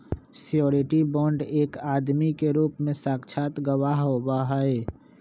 surety bond एक आदमी के रूप में साक्षात गवाह होबा हई